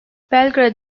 belgrad